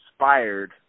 inspired